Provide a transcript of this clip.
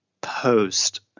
post